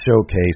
showcase